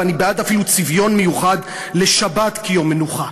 ואני בעד אפילו צביון מיוחד לשבת כיום מנוחה.